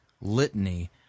litany